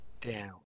down